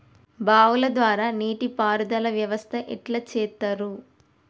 బావుల ద్వారా నీటి పారుదల వ్యవస్థ ఎట్లా చేత్తరు?